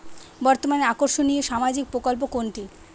বর্তমানে আকর্ষনিয় সামাজিক প্রকল্প কোনটি?